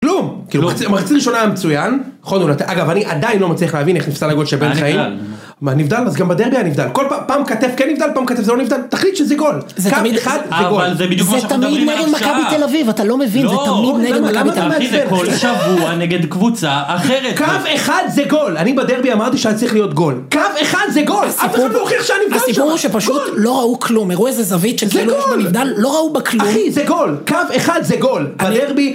כלום! כאילו, מחצית ראשונה המצוין. אגב, אני עדיין לא מצליח להבין איך נפסל הגול שבן-חיים. היה נבדל. מה נבדל? אז גם בדרבי היה נבדל. כל פעם, פעם כתף כן נבדל, פעם כתף זה לא נבדל. תחליט שזה גול. קו אחד זה גול. אבל זה בדיוק כמו שאנחנו מדברים לעכשיו. זה תמיד נגד מכבי תל אביב. אתה לא מבין. זה תמיד נגד מכבי תל אביב. למה אתה אחי זה כל שבוע נגד קבוצה אחרת? קו אחד זה גול! אני בדרבי אמרתי שהיה צריך להיות גול. קו אחד זה גול! אף אחד לא הוכיח שהיה נבדל שם, גול! הסיפור הוא שפשוט לא ראו כלום. הראו איזה זווית שכאילו יש בנבדל. זה גול! לא ראו בכלום. אחי, זה גול. קו אחד זה גול. בדרבי...